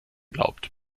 glaubt